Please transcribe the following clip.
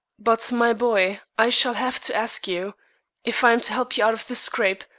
but, my boy, i shall have to ask you if i am to help you out of this scrape,